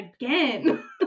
again